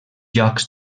llocs